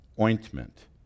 ointment